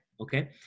Okay